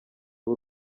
w’u